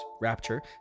Rapture